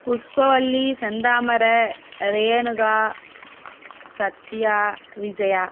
Pushpavalli Senthamarai Renuka Sathya Vijaya